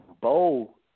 Bo